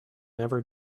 never